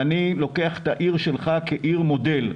ואקח את העיר שלך כעיר מודל.